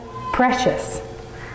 precious